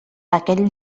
aquell